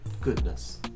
goodness